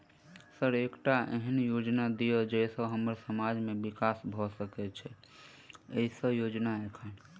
Sir एकटा एहन योजना दिय जै सऽ हम्मर समाज मे विकास भऽ सकै छैय एईसन योजना एखन?